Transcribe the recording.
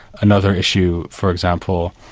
another issue for example,